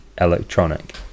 electronic